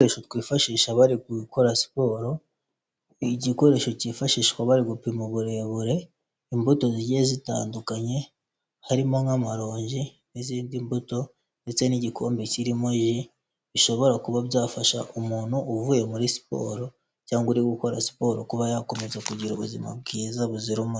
Udukoresho twifashisha bari gukora siporo, igikoresho cyifashishwa bari gupima uburebure, imbuto zigiye zitandukanye, harimo nk'amarongi n'izindi mbuto, ndetse n'igikombe kirimo ji; bishobora kuba byafasha umuntu uvuye muri siporo cyangwa uri gukora siporo, kuba yakomeza kugira ubuzima bwiza buzira umuze.